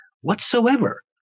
whatsoever